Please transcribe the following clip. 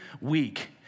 week